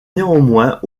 néanmoins